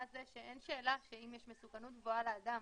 מבחינת זה שאין שאלה אם יש מסוכנות גבוהה לאדם